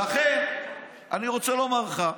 לכן, אני רוצה לומר לך,